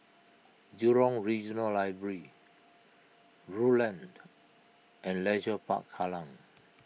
Jurong Regional Library Rulang and Leisure Park Kallang